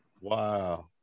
Wow